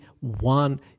one